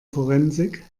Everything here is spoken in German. forensik